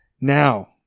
Now